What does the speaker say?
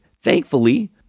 Thankfully